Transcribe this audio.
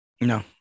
No